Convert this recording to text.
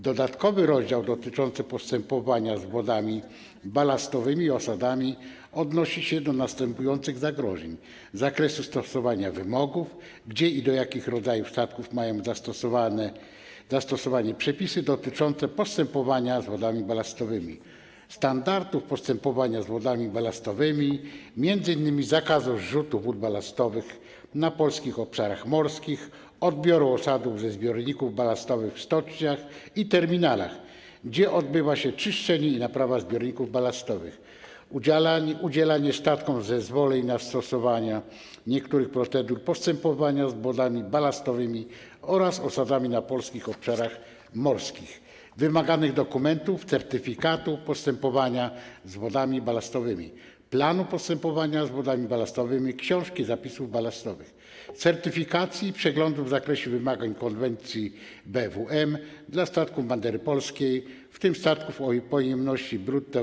Dodatkowy rozdział dotyczący postępowania z wodami balastowymi i osadami odnosi się do następujących zagadnień: zakresu stosowania wymogów, gdzie i do jakich rodzajów statków mają zastosowanie przepisy dotyczące postępowania z wodami balastowymi; standardów postępowania z wodami balastowymi, m.in. zakazu zrzutu wód balastowych na polskich obszarach morskich, odbioru osadów ze zbiorników balastowych w stoczniach i terminalach, gdzie odbywa się czyszczenie i naprawa zbiorników balastowych; udzielania statkom zwolnień ze stosowania niektórych procedur postępowania z wodami balastowymi oraz osadami na polskich obszarach morskich; wymaganych dokumentów, certyfikatu postępowania z wodami balastowymi, planu postępowania z wodami balastowymi, książki zapisów balastowych; certyfikacji i przeglądów w zakresie wymagań konwencji BWM dla statków bandery polskiej, w tym statków o pojemności brutto